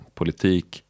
politik